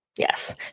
Yes